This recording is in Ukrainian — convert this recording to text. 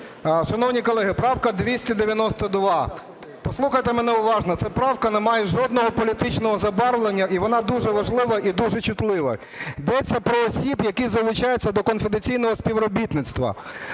Шановні колеги, правка 292. Послухайте мене уважно, ця правка не має жодного політичного забарвлення, і вона дуже важлива і дуже чутлива. Йдеться про осіб, які залучаються до конфіденційного співробітництва.